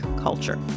culture